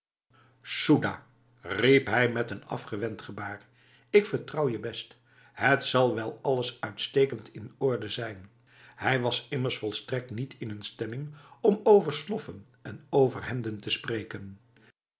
soedahf riep hij met een afwerend gebaar ik vertrouw je best het zal wel alles uitstekend in orde zijn hij was immers volstrekt niet in een stemming om over sloffen en overhemden te spreken